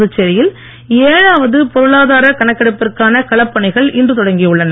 புதுச்சேரியில் பொருளாதார கணக்கெடுப்பிற்கான களப்பணிகள் இன்று தொடங்கி உள்ளன